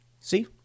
See